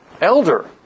elder